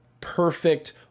perfect